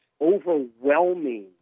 overwhelming